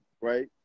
right